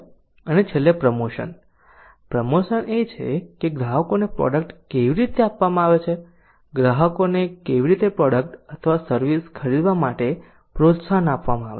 અને છેલ્લે promotion promotion એ છે કે ગ્રાહકોને પ્રોડક્ટ કેવી રીતે આપવામાં આવે છે ગ્રાહકોને કેવી રીતે પ્રોડક્ટ અથવા સર્વિસ ખરીદવા માટે પ્રોત્સાહન આપવામાં આવે છે